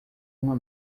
uma